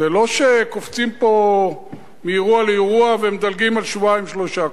זה לא שקופצים פה מאירוע לאירוע ומדלגים על שבועיים-שלושה.